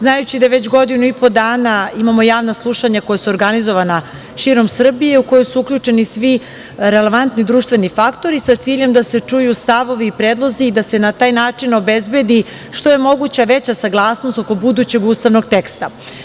Znajući da već godinu i po dana, imamo javna slušanja koja su organizovana širom Srbije, u koju su uključeni svi relevantni društveni faktori sa ciljem da se čuju stavovi i predlozi i da se na taj način obezbedi što je moguća veća saglasnost oko budućeg ustavnog teksta.